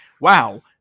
wow